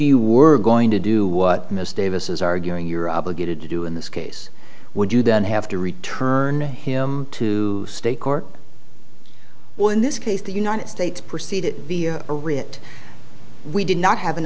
you were going to do what miss davis is arguing you're obligated to do in this case would you then have to return him to state court well in this case the united states proceed via a writ we did not have an